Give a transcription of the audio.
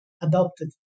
adopted